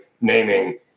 naming